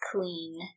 clean